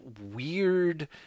weird